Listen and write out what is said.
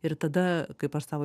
ir tada kaip aš savo